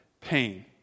pain